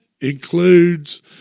includes